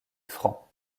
francs